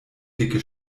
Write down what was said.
dicke